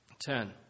Ten